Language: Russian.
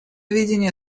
видение